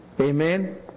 Amen